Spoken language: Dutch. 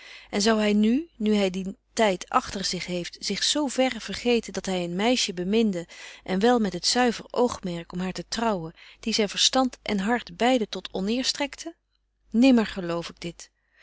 en zou hy nu nu hy dien tyd agter zich heeft zich zo verre vergeten dat hy een meisje beminde en wel met het zuiver oogmerk om haar te trouwen die zyn verstand en hart beide tot onëer strekte nimmer geloof ik dit